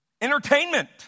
Entertainment